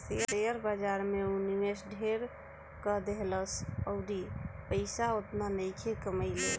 share बाजार में ऊ निवेश ढेर क देहलस अउर पइसा ओतना नइखे कमइले